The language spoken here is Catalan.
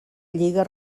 lliga